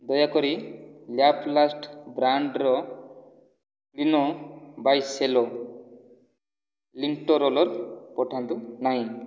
ଦୟାକରି ଲ୍ୟାପ୍ଲାଷ୍ଟ୍ ବ୍ରାଣ୍ଡ୍ର Cleano by Cello lint roller ପଠାନ୍ତୁ ନାହିଁ